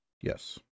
Yes